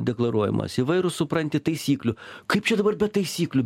deklaruojamos įvairūs supranti taisyklių kaip čia dabar be taisyklių